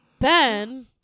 Ben